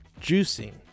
Juicing